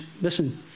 Listen